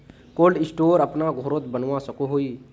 Cold store अपना घोरोत बनवा सकोहो ही?